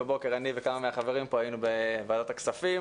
00 בבוקר אני וכמה מהחברים פה היינו בוועדת הכספים